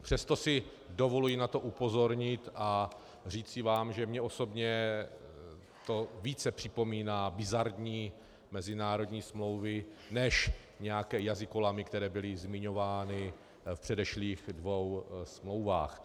Přesto si dovoluji na to upozornit a říci vám, že mně osobně to více připomíná bizarní mezinárodní smlouvy než nějaké jazykolamy, které byly zmiňovány v předešlých dvou smlouvách.